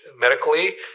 medically